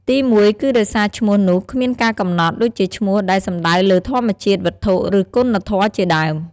ទីមួយគឺដោយសារឈ្មោះនោះគ្មានការកំណត់ ដូចជាឈ្មោះដែលសំដៅលើធម្មជាតិ វត្ថុ ឬ គុណធម៌ជាដើម។